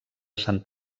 sant